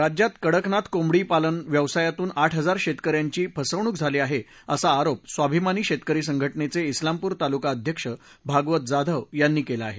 राज्यात कडकनाथ कोंबडी पालन व्यवसायातून आठ हजार शेतकऱ्यांची फसवणूक झाली आहे ा ्प्रा आरोप स्वाभिमानी शेतकरी संघटनेचे इस्लामपूर तालुका उयक्ष भागवत जाधव यांनी केला आहे